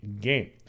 game